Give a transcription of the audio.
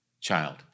Child